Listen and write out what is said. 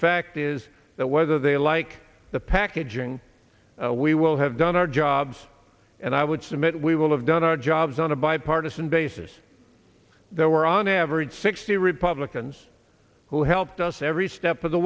fact is that whether they like the packaging we will have done our jobs and i would submit we will have done our jobs on a bipartisan basis there were on average sixty republicans who helped us every step of the